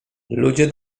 ludzie